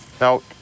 Now